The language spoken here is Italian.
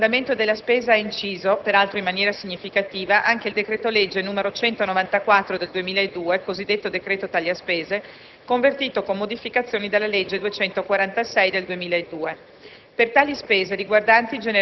Si segnala anche il fatto che sull'andamento della spesa ha inciso, peraltro in maniera significativa, anche il decreto-legge n. 194 del 2002 (cosiddetto decreto taglia spese), convertito con modificazioni dalla legge n. 246 del 2002.